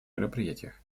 мероприятиях